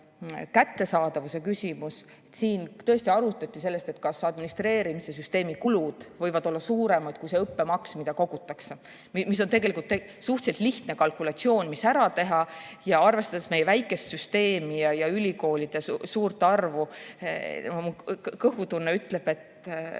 kättesaadavuse küsimus. Siin tõesti arutati seda, kas administreerimise süsteemi kulud võivad olla suuremad kui õppemaks, mida kogutakse. See on tegelikult suhteliselt lihtne kalkulatsioon, mis ära teha, ning arvestades meie väikest süsteemi ja ülikoolide suurt arvu, mu kõhutunne ütleb, et